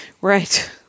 Right